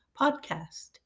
Podcast